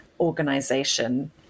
Organization